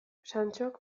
santxok